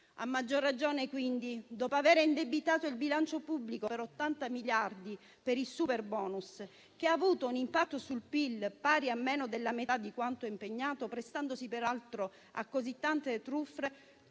A maggior ragione, dopo aver indebitato il bilancio pubblico per 80 miliardi di euro per il superbonus, che ha avuto un impatto sul PIL pari a meno della metà di quanto impegnato, prestandosi peraltro a così tante truffe,